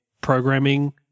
programming